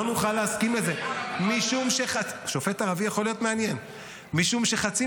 גם נגד ערבים במדינת ישראל.